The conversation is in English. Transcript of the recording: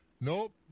nope